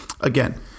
Again